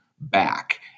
back